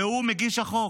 והוא מגיש החוק.